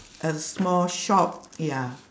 a small shop ya